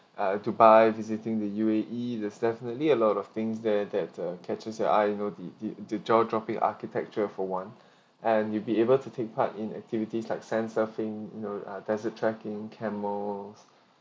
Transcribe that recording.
ah dubai visiting the U_A_E that's definitely a lot of things there that uh catches your eye you know the the the jaw dropping architecture for one and you'll be able to take part in activities like sand surfing you know uh desert trekking camels